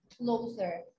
closer